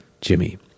Jimmy